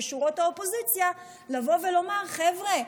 שישב בשורות האופוזיציה: חבר'ה,